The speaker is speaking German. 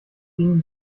gegen